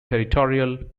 territorial